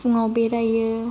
फुङाव बेरायो